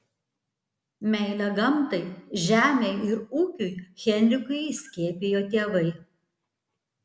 meilę gamtai žemei ir ūkiui henrikui įskiepijo tėvai